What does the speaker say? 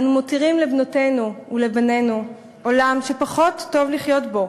אנו מותירים לבנותינו ולבנינו עולם שפחות טוב לחיות בו,